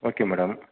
okay madam